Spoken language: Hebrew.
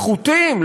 פחותים,